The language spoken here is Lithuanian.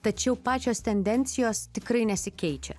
tačiau pačios tendencijos tikrai nesikeičia